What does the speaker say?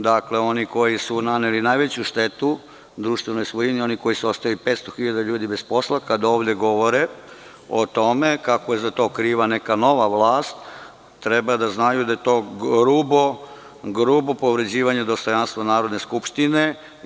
Dakle, oni koji su naneli najveću štetu društvenoj svojini, oni koji su ostavili 500 hiljada ljudi bez posla, kada ovde govore o tome kako je za to kriva neka nova vlast, treba da znaju da je to grubo povređivanje dostojanstva Narodne skupštine.